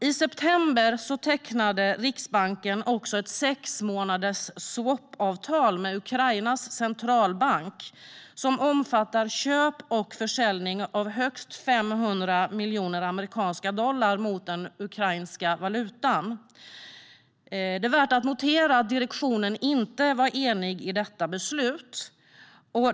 I september tecknade Riksbanken ett swapavtal på sex månader med Ukrainas centralbank som omfattar köp och försäljning av högst 500 miljoner amerikanska dollar mot den ukrainska valutan. Det är värt att notera att direktionen inte var enig i detta beslut.